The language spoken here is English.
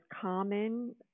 common